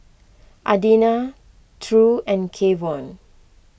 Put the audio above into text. Adina True and Kevon